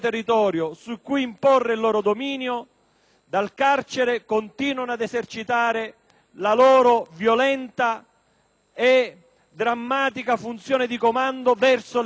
dal carcere, continuano ad esercitare la loro violenta e drammatica funzione di comando verso l'esterno. Ecco perché